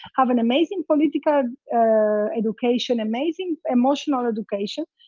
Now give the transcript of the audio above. have an amazing political education, amazing emotional education,